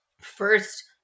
first